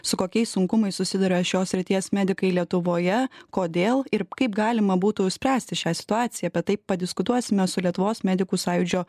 su kokiais sunkumais susiduria šios srities medikai lietuvoje kodėl ir kaip galima būtų spręsti šią situaciją apie tai padiskutuosime su lietuvos medikų sąjūdžio